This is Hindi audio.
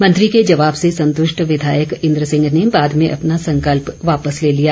मंत्री के जवाब से संतुष्ट विधायक इंद्र सिंह ने बाद में अपना संकल्प वापस ले लिया